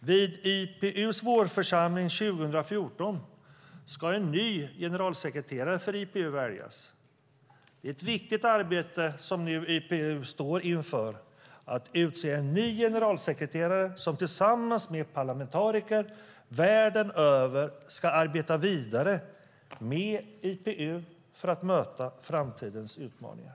Vid IPU:s vårförsamling 2014 ska en ny generalsekreterare för IPU väljas. Det är ett viktigt arbete som IPU nu står inför att utse en ny generalsekreterare som tillsammans med parlamentariker världen över ska arbeta vidare med IPU för att möta framtidens utmaningar.